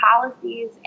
policies